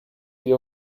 sie